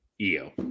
EO